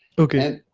okay.